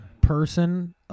person